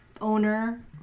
owner